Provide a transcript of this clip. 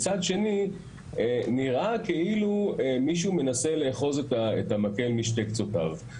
מצד שני נראה כאילו מישהו מנסה לאחוז את המקל משני קצותיו.